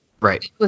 Right